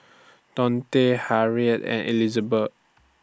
Dionte Harriet and Elizabet